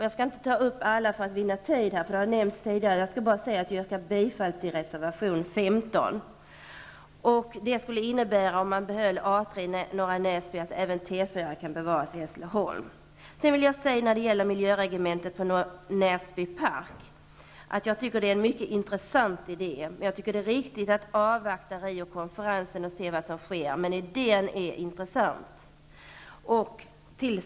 Jag skall för att vinna tid inte ta upp alla, eftersom de nämnts här tidigare. Jag yrkar bifall till reservation 15. Om man behåller A 3 i Norra Åsum skulle det innebära att även T 4 kan bevaras i Hässleholm. När det gäller miljöregementet i Näsby Park, tycker jag att det är en mycket intressant idé. Det är viktigt att avvakta Riokonferensen och se vad som sker, men idén är som sagt intressant.